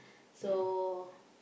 so